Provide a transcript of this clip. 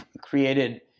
created